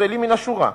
ישראלים מן השורה,